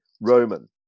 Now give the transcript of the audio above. Roman